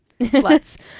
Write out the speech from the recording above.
sluts